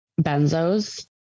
benzos